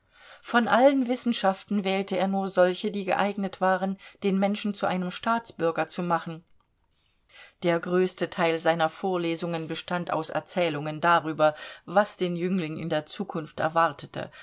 von allen wissenschaften wählte er nur solche die geeignet waren den menschen zu einem staatsbürger zu machen der größte teil seiner vorlesungen bestand aus erzählungen darüber was den jüngling in der zukunft erwartete